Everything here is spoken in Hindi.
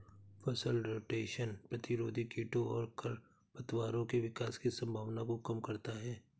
फसल रोटेशन प्रतिरोधी कीटों और खरपतवारों के विकास की संभावना को कम करता है